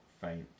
faint